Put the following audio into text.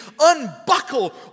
unbuckle